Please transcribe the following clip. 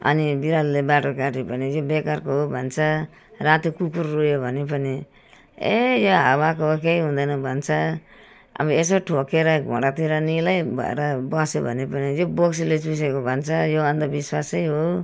अनि बिरालोले बाटो काट्यो भने चाहिँ बेकारको हो भन्छ राति कुकुर रोयो भने पनि ए यो हावाको हो केही हुँदैन भन्छ अब यसो ठोकिएर घुँडातिर निलै भएर बस्यो भने पनि यो बोक्सीले चुसेको भन्छ यो अन्धविश्वासै हो